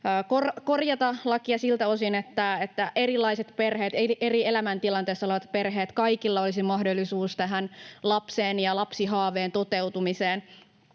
erilaisilla perheillä ja eri elämäntilanteissa olevilla perheillä kaikilla olisi mahdollisuus lapseen ja lapsihaaveen toteutumiseen.